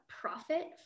profit